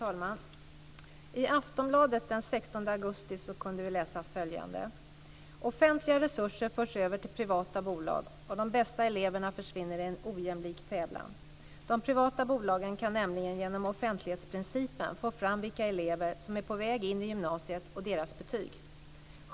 Fru talman! I Aftonbladet den 16 augusti kunde man läsa följande: "Offentliga resurser förs över till privata bolag och de bästa eleverna försvinner i en ojämlik tävlan. De privata bolagen kan nämligen genom offentlighetsprincipen få fram vilka elever som är på väg in i gymnasiet och deras betyg. "